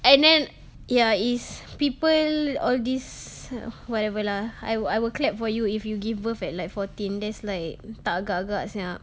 and then ya is people all this whatever lah I will I will clap for you if you give birth at like fourteen that's like tak gagak sia